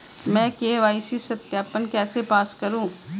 मैं के.वाई.सी सत्यापन कैसे पास करूँ?